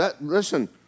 Listen